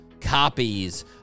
copies